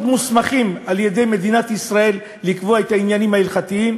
מוסמכים על-ידי מדינת ישראל לקבוע את העניינים ההלכתיים,